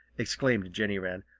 exclaimed jenny wren.